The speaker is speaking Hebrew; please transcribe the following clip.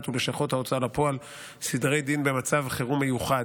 ולשכות ההוצאה לפועל (סדרי דין במצב חירום מיוחד),